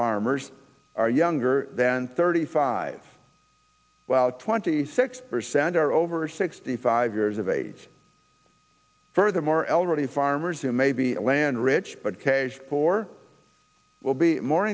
farmers are younger than thirty five twenty six percent are over sixty five years of age furthermore elderly farmers who may be land rich but caged for will be more